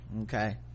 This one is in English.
okay